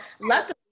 luckily